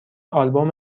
آلبوم